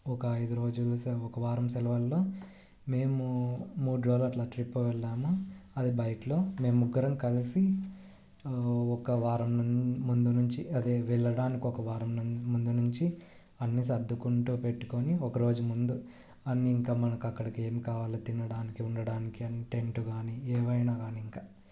ఒక ఐదు రోజులు సె ఒక వారం సెలవుల్లో మేమూ మూడు రోజులు అట్లా ట్రిప్ వెళ్ళాము అది బైక్లో మేము ముగ్గురం కలిసి ఒక వారం ముం ముందు నుంచి అదే వెళ్ళడానికి ఒక వారం ముందు నుంచి అన్నీ సర్దుకుంటూ పెట్టుకోని ఒకరోజు ముందు అన్నీ ఇంకా మనకు అక్కడికి ఏమి కావాలో తినడానికి ఉండడానికి టెంట్ కానీ ఏవైనా కానీ ఇంక